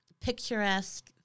picturesque